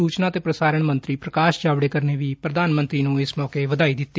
ਸੂਚਨਾ ਤੇ ਪ੍ਰਸਾਰਣ ਮੰਤਰੀ ਪ੍ਰਕਾਸ਼ ਜਾਵੜੇਕਰ ਨੇ ਵੀ ਪ੍ਰਧਾਨ ਮੰਤਰੀ ਨੂੰ ਇਸ ਮੌਕੇ ਵਧਾਈ ਦਿੱਤੀ